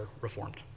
Reformed